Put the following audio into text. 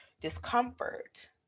discomfort